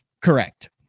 correct